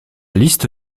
liste